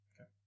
Okay